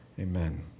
Amen